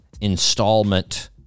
installment